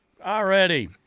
already